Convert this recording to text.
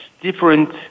different